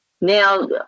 Now